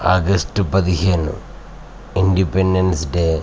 August పదిహేను Independence day